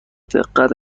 دقت